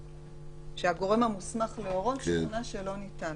שהגורם המוסמך להורות שוכנע שלא ניתן,